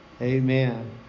Amen